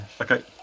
okay